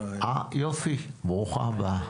יופי, ברוכה הבאה,